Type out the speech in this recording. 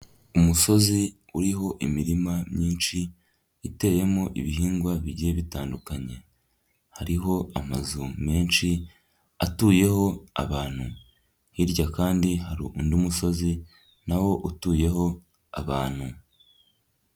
Umusozi uriho imirima myinshi iteyemo ibihingwa bigiye bitandukanye, hariho amazu menshi atuyeho abantu, hirya kandi hari undi musozi na wo utuyeho abantu.